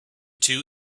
two